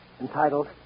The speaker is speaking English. entitled